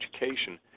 education